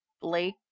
Blake